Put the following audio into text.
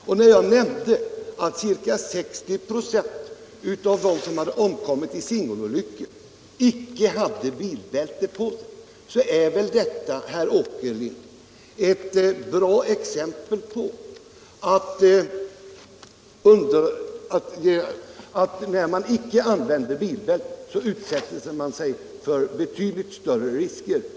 Och när jag nämnt att ca — m.m. 60 26 av dem som omkommit i singelolyckor icke hade bilbälte på sig, så är väl detta, herr Åkerlind, ett bra exempel på att om man icke använder bilbälte utsätter man sig för betydligt större risker.